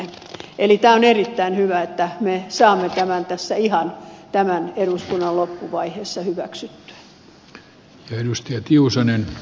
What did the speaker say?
eli on erittäin hyvä että me saamme tämän tässä ihan tämän eduskunnan loppuvaiheessa hyväksyttyä